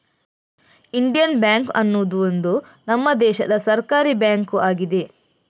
Indian bank ಅನ್ನುದು ಒಂದು ನಮ್ಮ ದೇಶದ ಸರ್ಕಾರೀ ಬ್ಯಾಂಕು ಆಗಿದೆ